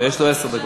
יש לו עשר דקות.